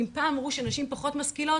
אם פעם אמרו שנשים פחות משכילות,